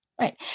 Right